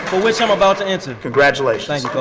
which i'm about to enter. congratulations.